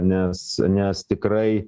nes nes tikrai